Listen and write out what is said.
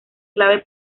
clave